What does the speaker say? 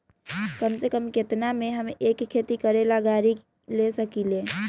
कम से कम केतना में हम एक खेती करेला गाड़ी ले सकींले?